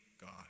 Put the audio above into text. God